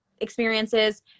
experiences